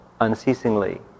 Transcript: unceasingly